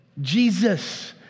Jesus